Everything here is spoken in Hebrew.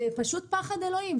זה פחד אלוהים.